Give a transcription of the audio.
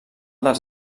dels